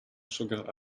sugar